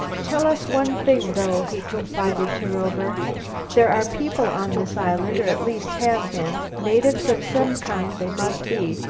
tell us one thing though, he confided to rover there are people on this island, or at least have been. natives of some kind, they must be,